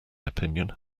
opinion